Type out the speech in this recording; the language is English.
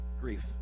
Grief